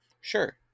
Sure